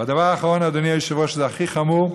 והדבר האחרון, אדוני היושב-ראש, הוא הכי חמור,